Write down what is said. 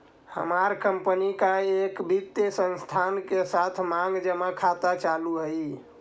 हमार कंपनी का एक वित्तीय संस्थान के साथ मांग जमा खाता चालू हई